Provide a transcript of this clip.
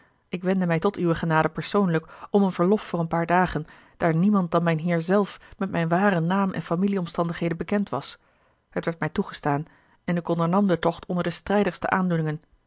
ik wendde mij tot uwe genade persoonlijk om een verlof van een paar dagen daar niemand dan mijn heer zelf met mijn waren naam en familie-omstandigheden bekend was het werd mij toegestaan en ik ondernam den tocht onder a